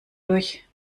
durch